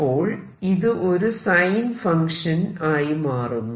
അപ്പോൾ ഇത് ഒരു സൈൻ ഫങ്ക്ഷൻ ആയി മാറുന്നു